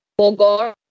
Bogor